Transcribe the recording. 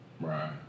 Right